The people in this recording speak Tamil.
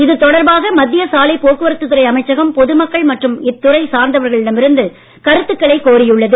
இது தொடர்பாக மத்திய சாலை போக்குவரத்து துறை அமைச்சகம் பொதுமக்கள் மற்றும் இத்துறை சார்ந்தவர்களிடமிருந்து கருத்துக்களை கோரியுள்ளது